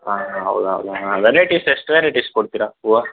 ಹಾಂ ಹಾಂ ಹೌದಾ ಹೌದಾ ಹಾಂ ವೆರೈಟೀಸ್ ಎಷ್ಟು ವೆರೈಟೀಸ್ ಕೊಡ್ತೀರಾ ಹೂವ